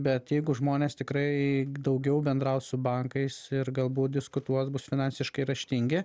bet jeigu žmonės tikrai daugiau bendraus su bankais ir galbūt diskutuos bus finansiškai raštingi